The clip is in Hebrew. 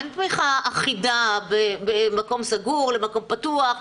אין תמיכה אחידה במקום סגור ובמקום פתוח,